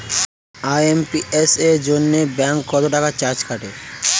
IMPS এর জন্য bank কত চার্জ কাটে?